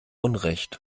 unrecht